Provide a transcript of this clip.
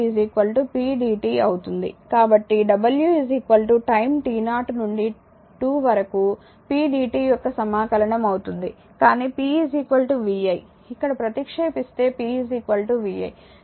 కాబట్టి w time t 0 నుండి 2 వరకు pdt యొక్క సమాకలనం అవుతుంది కానీ p vi ఇక్కడ ప్రతిక్షేపిస్తే p vi